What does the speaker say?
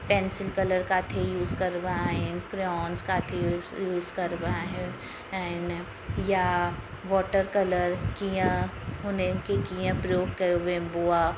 pencil colour काथे use करिबा आहिनि क्रियॉन्स काथे यू यूस करिबा आहिनि ऐं हिन जा वॉटर कलर कीअं हुननि खे कीअं प्रयोग कयो वेबो आहे